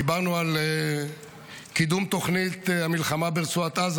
דיברנו על קידום תוכנית המלחמה ברצועת עזה,